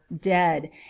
dead